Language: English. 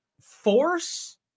force